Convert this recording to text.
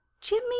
Jimmy